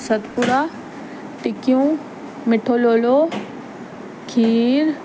सतपुड़ा टिक्कियूं मिठो लोलो खीर